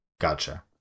Gotcha